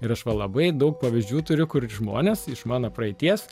ir aš va labai daug pavyzdžių turiu kur žmonės iš mano praeities